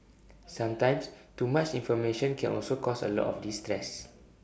sometimes too much information can also cause A lot of distress